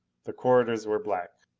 the corridors were black.